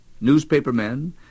newspapermen